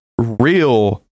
real